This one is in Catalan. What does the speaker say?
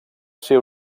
ser